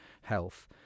health